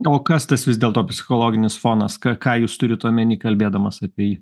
o kas tas vis dėlto psichologinis fonas ką ką jūs turit omeny kalbėdamas apie jį